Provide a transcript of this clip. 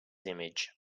image